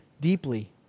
deeply